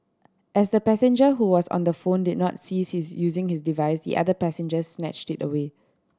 as the passenger who was on the phone did not cease using his device the other passenger snatched it away